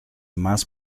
más